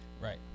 Right